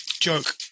joke